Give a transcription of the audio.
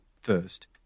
first